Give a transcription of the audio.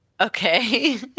Okay